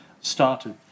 started